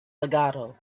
legato